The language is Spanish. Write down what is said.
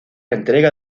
entrega